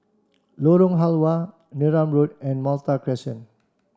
Lorong Halwa Neram Road and Malta Crescent